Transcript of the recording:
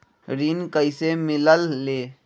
ऋण कईसे मिलल ले?